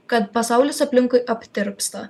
kad pasaulis aplinkui aptirpsta